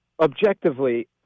objectively